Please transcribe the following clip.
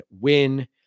win